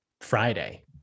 friday